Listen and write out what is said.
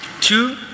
Two